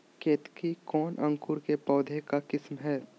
केतकी कौन अंकुर के पौधे का किस्म है?